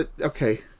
Okay